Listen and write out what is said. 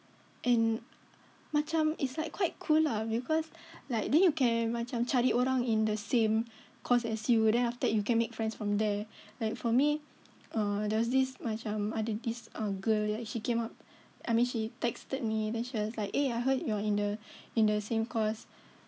and macam it's like quite cool lah because like then you can macam cari orang in the same course as you then after that you can make friends from there like for me err there's this macam ada this uh girl that she came up I mean she texted me then she was like eh I heard you're in the in the same course